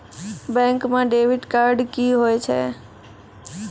Bank म debit card की होय छै?